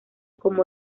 como